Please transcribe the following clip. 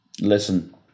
Listen